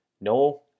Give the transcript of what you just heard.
No